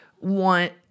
want